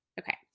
okay